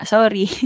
Sorry